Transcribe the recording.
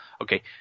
okay